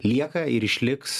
lieka ir išliks